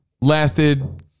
lasted